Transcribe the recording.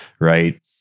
right